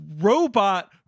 robot